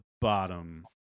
bottom